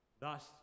Thus